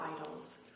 idols